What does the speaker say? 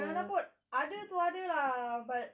banana boat ada tu ada lah but